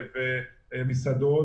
מסעדות,